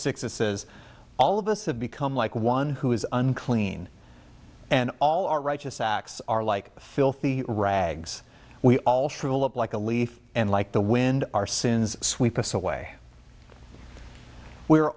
six it says all of us have become like one who is unclean and all our righteous acts are like filthy rags we all shrivel up like a leaf and like the wind our sins sweep us away we